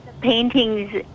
paintings